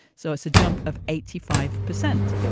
so it's a jump of eighty five percent.